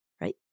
right